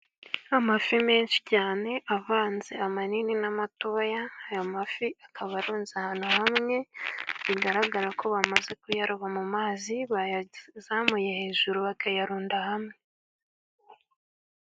Amafi menshi cyane avanze amanini n'amatoya. Aya mafi akaba arunze ahantu hamwe. Bigaragara ko bamaze kuyaroba mu mazi, bayazamuye hejuru bakayarunda hamwe.